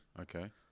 okay